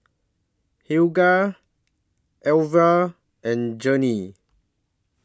Helga Elvie and Journey